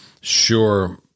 sure